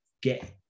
get